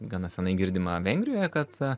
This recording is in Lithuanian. gana senai girdima vengrijoj kad